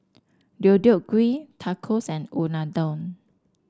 Deodeok Gui Tacos and Unadon